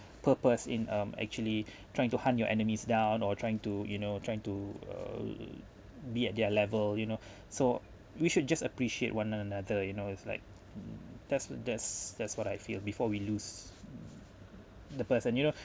purpose in um actually trying to hunt your enemies down or trying to you know trying to uh be at their level you know so we should just appreciate one another you know it's like that's that's that's what I feel before we lose the person you know